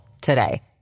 today